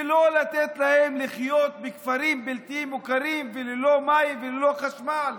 ולא לתת להם לחיות בכפרים בלתי מוכרים וללא מים וללא חשמל.